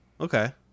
Okay